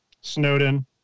Snowden